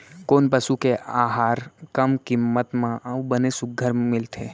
कोन पसु के आहार कम किम्मत म अऊ बने सुघ्घर मिलथे?